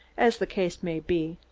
as the case may be,